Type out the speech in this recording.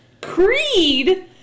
Creed